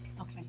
Okay